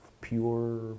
pure